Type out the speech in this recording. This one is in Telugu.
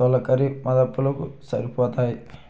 తొలకరి మదుపులకు సరిపోతాయి